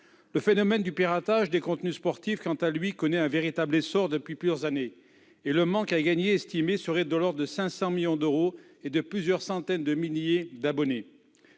Le phénomène du piratage des contenus sportifs, quant à lui, connaît un véritable essor depuis plusieurs années ; le manque à gagner estimé serait de l'ordre de 500 millions d'euros et de plusieurs centaines de milliers d'abonnés.